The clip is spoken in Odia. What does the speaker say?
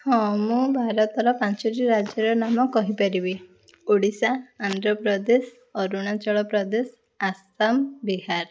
ହଁ ମୁଁ ଭାରତର ପାଞ୍ଚଟି ରାଜ୍ୟର ନାମ ମୁଁ କହିପାରିବି ଓଡ଼ିଶା ଆନ୍ଧ୍ର ପ୍ରଦେଶ ଅରୁଣାଞ୍ଚଳ ପ୍ରଦେଶ ଆସାମ ବିହାର